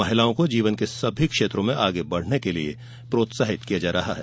महिलाओं को जीवन के सभी क्षेत्रों में आगे बढ़ने के लिए प्रोत्साहित किया जा रहा है